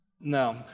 No